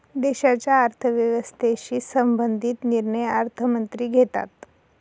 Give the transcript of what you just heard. देशाच्या अर्थव्यवस्थेशी संबंधित निर्णय अर्थमंत्री घेतात